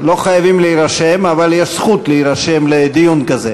לא חייבים להירשם, אבל יש זכות להירשם לדיון כזה.